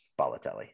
Balotelli